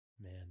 man